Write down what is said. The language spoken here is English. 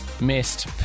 missed